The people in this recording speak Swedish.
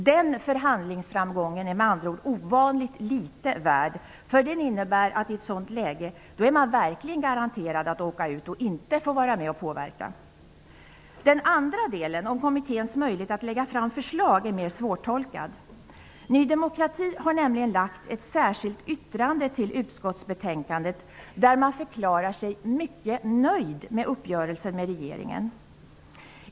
Den förhandlingsframgången är med andra ord ovanligt litet värd, för den innebär att man i ett sådant läge verkligen är garanterad att åka ur och inte få vara med och påverka. Den andra delen -- om kommitténs möjlighet att lägga fram förslag -- är mer svårtolkad. Ny demokrati har nämligen fogat ett särskilt yttrande till utskottsbetänkandet där man förklarar sig mycket nöjd med uppgörelsen med regeringen.